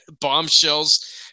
bombshells